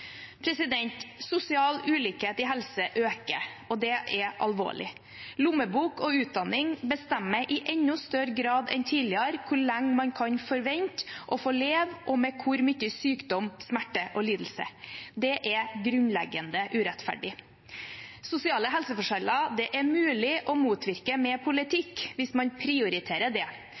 Sosial ulikhet i helse øker, og det er alvorlig. Lommebok og utdanning bestemmer i enda større grad enn tidligere hvor lenge man kan forvente å leve, og med hvor mye sykdom, smerte og lidelse. Det er grunnleggende urettferdig. Sosiale helseforskjeller er mulig å motvirke med politikk hvis man prioriterer det.